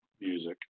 music